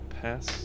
Pass